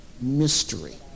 mystery